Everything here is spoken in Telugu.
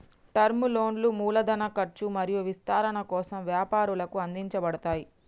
టర్మ్ లోన్లు మూలధన ఖర్చు మరియు విస్తరణ కోసం వ్యాపారాలకు అందించబడతయ్